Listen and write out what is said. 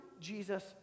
Jesus